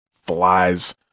flies